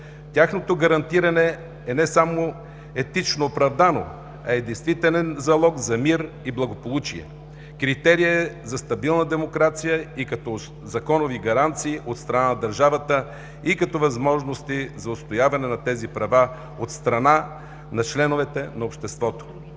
Тяхното гарантиране е не само етично оправдано, а е действителен залог за мир и благополучие. Критерий е за стабилна демокрация и като законови гаранции от страна на държавата, и като възможности за отстояване на тези права от страна на членовете на обществото.